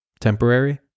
temporary